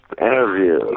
interview